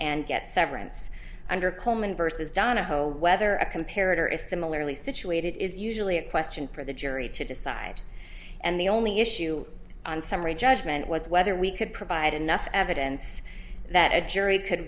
and get severance under coleman versus donahoe whether a compared her is similarly situated is usually a question for the jury to decide and the only issue on summary judgment was whether we could provide enough evidence that a jury could